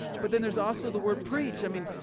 but then there's also the word preach. i mean,